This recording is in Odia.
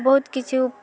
ବହୁତ କିଛି